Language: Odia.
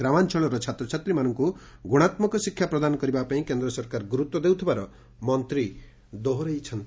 ଗ୍ରାମାଞ୍ଞଳର ଛାତ୍ରଛାତ୍ରୀଙ୍କୁ ଗୁଶାତ୍କକ ଶିକ୍ଷା ପ୍ରଦାନ କରିବାପାଇଁ କେନ୍ଦ୍ର ସରକାର ଗୁରୁତ୍ୱ ଦେଉଥିବା ମନ୍ତୀ ଦୋହରାଇଛନ୍ତି